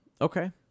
okay